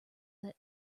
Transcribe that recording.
that